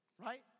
right